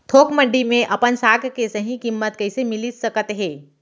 थोक मंडी में अपन साग के सही किम्मत कइसे मिलिस सकत हे?